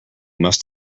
must